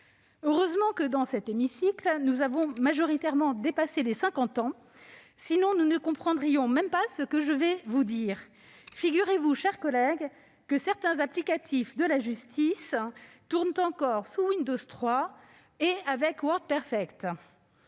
Heureusement que, dans cet hémicycle, nous avons majoritairement dépassé les cinquante ans ... Sinon, nous ne comprendrions même pas ce que je vais vous dire. Figurez-vous, mes chers collègues, que certains applicatifs de la justice tournent encore sous Windows 3 et avec WordPerfect